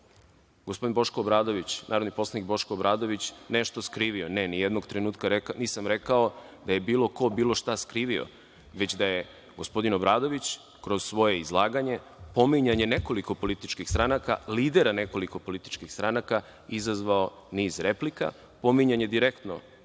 gospodin Boško Obradović, narodni poslanik Boško Obradović, nešto skrivio. Ne, ni jednog trenutka nisam rekao da je bilo ko, bilo šta skrivio, već da je gospodin Obradović kroz svoje izlaganje, pominjanje nekoliko političkih stranaka, lidera nekoliko političkih stranaka izazvao niz replika. Pominjanje direktno